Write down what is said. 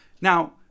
Now